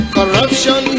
Corruption